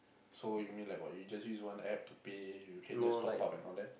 so you mean like what you just use one App to pay you can just top up and all that